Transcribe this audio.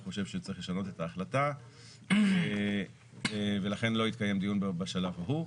חושב שצריך לשנות את ההחלטה ולכן לא התקיים דיון בשלב ההוא.